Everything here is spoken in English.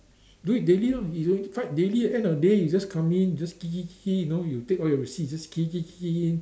do it daily lor daily at the end of the day you just come in just key key key you know you take all your receipts just key key key in